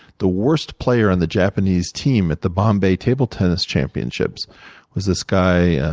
the worst player on the japanese team at the bombay table tennis championships was this guy,